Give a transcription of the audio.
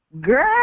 girl